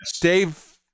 Dave